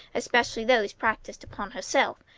especially those practised upon herself.